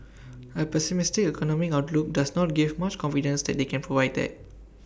A pessimistic economic outlook does not give much confidence that they can provide that